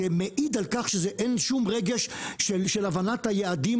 זה מעיד על כך שאין שום רגש של הבנת היעדים